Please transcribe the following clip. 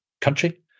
country